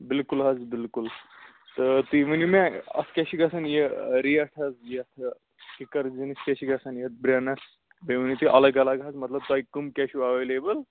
بالکُل حظ بالکُل تہٕ تُہۍ ؤنِو مےٚ اَتھ کیاہ چھ گژھان یہِ ریٹ حظ یَتھ کِکر زِنِس کیاہ چھ گژھان یَتھ برٮ۪نَس بیٚیہِ ؤنِو تُہۍ الگ الگ حظ مطلب تۄہہِ کٔم کیاہ چھو ایویلیبٕل